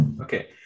Okay